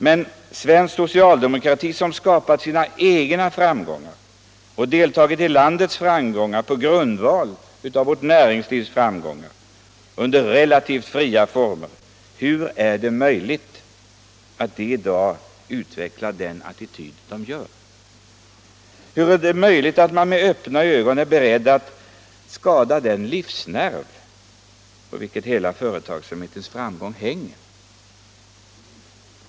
Men hur är det möjligt att svensk socialdemokrati, som skapat sina egna framgångar och deltagit i landets framgångar på grundval av ett näringslivs framgångar under relativt fria former, i dag utvecklar denna sin attityd? Hur är det möjligt att man med öppna ögon är beredd att skada den livsnerv på vilken hela företagsamhetens framgång hänger?